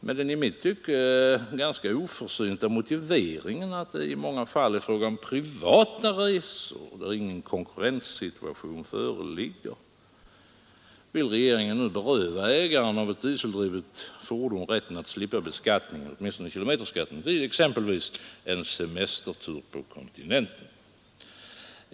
Med den i mitt tycke ganska oförsynta motiveringen att det i många fall är fråga om privata resor där ingen konkurrenssituation föreligger vill regeringen nu beröva ägaren av ett dieseldrivet fordon rätten att slippa beskattningen, åtminstone kilometerskatten, vid exempelvis en semestertur på kontinenten.